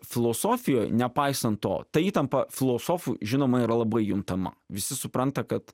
filosofijoj nepaisant to ta įtampa filosofų žinoma yra labai juntama visi supranta kad